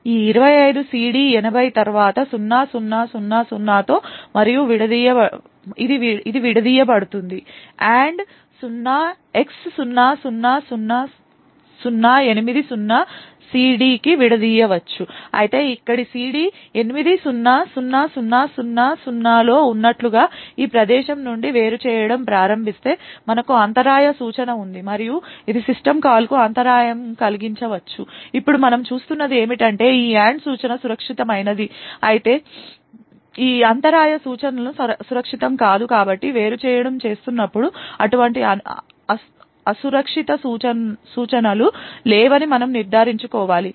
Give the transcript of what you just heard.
ఈ 25 సిడి 80 తరువాత 00 00 తో ఇది విడదీయబడుతుంది AND 0x000080 సిడికి విడదీయవచ్చు అయితే ఇక్కడ సిడి 80 00 00 లో ఉన్నట్లుగా ఈ ప్రదేశం నుండి వేరుచేయడం ప్రారంభిస్తే మనకు అంతరాయ సూచన ఉంది మరియు ఇది సిస్టమ్ కాల్కు అంతరాయం కలిగించ వచ్చు ఇప్పుడు మనము చూస్తున్నది ఏమిటంటే ఈ AND సూచన సురక్షితమైనది అయితే ఈ అంతరాయ సూచనలు సురక్షితం కాదు కాబట్టి వేరుచేయడం చేస్తున్నప్పుడు అటువంటి అసురక్షిత సూచనలు లేవని మనము నిర్ధారించుకోవాలి